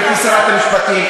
גברתי שרת המשפטים,